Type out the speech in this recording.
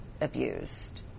abused